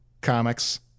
Comics